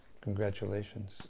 Congratulations